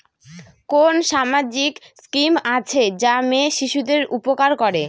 কোন সামাজিক স্কিম আছে যা মেয়ে শিশুদের উপকার করে?